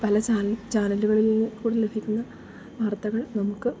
പല ചാനലുകളിൽ കൂടെ ലഭിക്കുന്ന വാർത്തകൾ നമുക്ക്